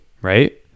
right